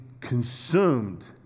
consumed